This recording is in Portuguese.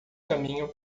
caminham